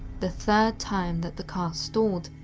the third time that the car stalled,